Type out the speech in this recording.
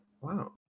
Wow